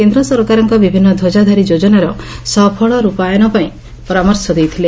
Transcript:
କେନ୍ଦ୍ର ସରକାରଙ୍କ ବିଭିନୁ ଧ୍ୱଜାଧାରୀ ଯୋଜନାର ସଫଳ ର୍ପାୟନ ପାଇଁ ପରାମର୍ଶ ଦେଇଥିଲେ